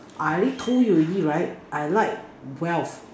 I already told you already right I like wealth